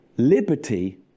Liberty